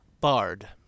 Bard